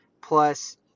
plus